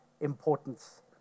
importance